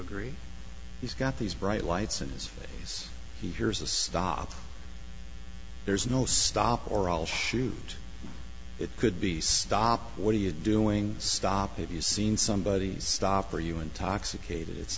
agree he's got these bright lights in his face he hears a stop there's no stop or i'll shoot it could be stopped what are you doing stop have you seen somebody stop or you intoxicated it's